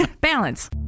Balance